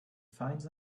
finds